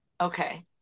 Okay